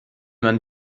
man